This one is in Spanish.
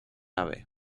ave